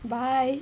bye